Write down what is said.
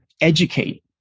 educate